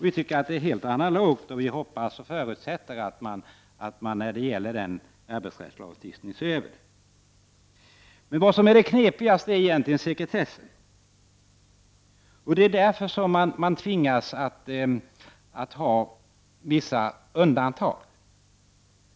Vi tycker att detta är helt riktigt, och vi förutsätter att det beaktas i samband med översynen av arbetsrättslagstiftningen. Vad som är knepigt är frågan om sekretessen. Denna gör att man tvingas införa vissa undantag.